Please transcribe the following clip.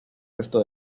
resto